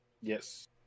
Yes